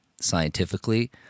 scientifically